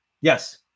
Yes